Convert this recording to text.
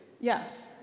yes